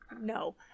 No